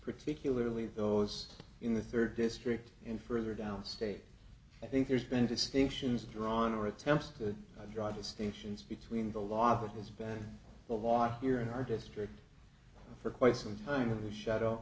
particularly those in the third district and further down state i think there's been distinctions drawn or attempts to draw distinctions between the law that has been the water here in our district for quite some time to the shadow